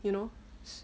you know